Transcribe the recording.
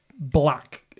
black